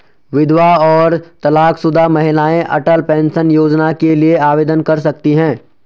विधवा और तलाकशुदा महिलाएं अटल पेंशन योजना के लिए आवेदन कर सकती हैं